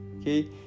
Okay